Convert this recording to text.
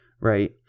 right